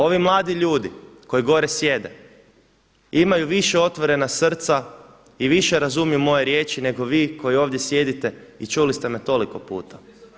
Ovi mladi ljudi koji gore sjede imaju više otvorena srca i više razumiju moje riječi nego vi koji ovdje sjedite i čuli ste me toliko puta.